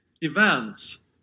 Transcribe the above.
events